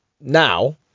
Now